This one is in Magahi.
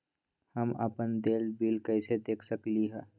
हम अपन देल बिल कैसे देख सकली ह?